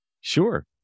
Sure